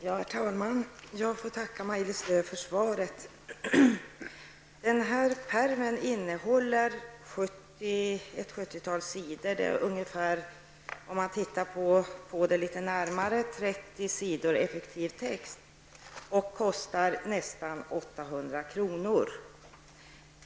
Herr talman! Jag får tacka Maj-Lis Lööw för svaret. Denna pärm innehåller ett 70-tal sidor, varav ungefär 30 sidor utgör effektiv text. Pärmen kostar nästan 800 kr.